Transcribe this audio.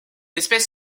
espèces